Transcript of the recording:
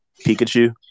Pikachu